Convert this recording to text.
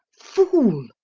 fool!